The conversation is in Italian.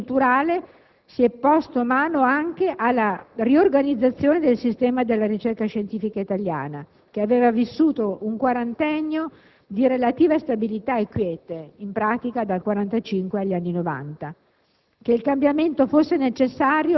In quel contesto, in quella temperie culturale, si è posto mano anche alla riorganizzazione del sistema della ricerca scientifica italiana, che aveva vissuto un quarantennio di relativa stabilità e quiete, in pratica dal 1945 agli anni